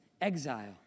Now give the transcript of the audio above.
exile